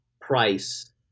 price